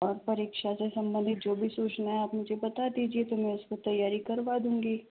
और परीक्षा से संबंधित जो भी सूचना है आप मुझे बता दीजिए तो मैं इसको तैयारी करवा दूँगी